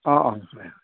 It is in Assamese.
অ অ